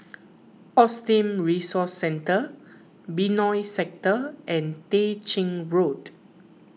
Autism Resource Centre Benoi Sector and Tah Ching Road